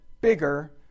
bigger